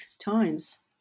times